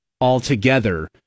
altogether